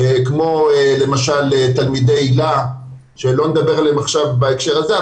כמו למשל תלמידי --- שאני לא מדבר עליהם עכשיו בהקשר הזה,